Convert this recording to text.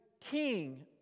king